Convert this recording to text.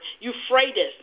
Euphrates